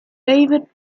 david